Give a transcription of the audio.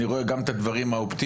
אני רואה גם את הדברים האופטימיים.